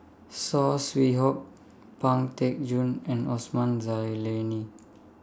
Saw Swee Hock Pang Teck Joon and Osman Zailani